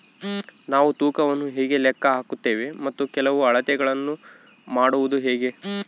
ನಾವು ತೂಕವನ್ನು ಹೇಗೆ ಲೆಕ್ಕ ಹಾಕುತ್ತೇವೆ ಮತ್ತು ಕೆಲವು ಅಳತೆಗಳನ್ನು ಮಾಡುವುದು ಹೇಗೆ?